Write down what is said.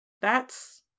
That's-